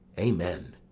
amen!